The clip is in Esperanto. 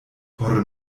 por